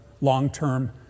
long-term